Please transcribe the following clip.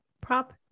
prop